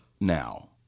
Now